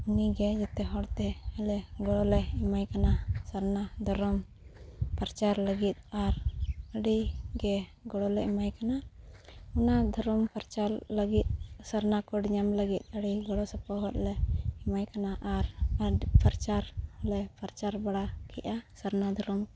ᱩᱱᱤ ᱜᱮ ᱡᱚᱛᱚ ᱦᱚᱲ ᱛᱮ ᱟᱞᱮ ᱜᱚᱲᱚ ᱞᱮ ᱮᱢᱟᱭ ᱠᱟᱱᱟ ᱥᱟᱨᱱᱟ ᱫᱷᱚᱨᱚᱢ ᱯᱨᱚᱪᱟᱨ ᱞᱟᱹᱜᱤᱫ ᱟᱨ ᱟᱹᱰᱤ ᱜᱮ ᱜᱚᱲᱚ ᱞᱮ ᱮᱢᱟᱭ ᱠᱟᱱᱟ ᱚᱱᱟ ᱫᱷᱚᱨᱚᱢ ᱯᱨᱚᱪᱟᱨ ᱞᱟᱹᱜᱤᱫ ᱥᱟᱨᱱᱟ ᱠᱳᱰ ᱧᱟᱢ ᱞᱟᱹᱜᱤᱫ ᱟᱹᱰᱤ ᱜᱚᱲᱚ ᱥᱚᱯᱚᱦᱚᱫ ᱞᱮ ᱮᱢᱟᱭ ᱠᱟᱱᱟ ᱟᱨ ᱯᱨᱚᱪᱟᱨ ᱞᱮ ᱯᱨᱚᱪᱟᱨ ᱵᱟᱲᱟ ᱠᱮᱜᱼᱟ ᱥᱟᱨᱱᱟ ᱫᱷᱚᱨᱚᱢ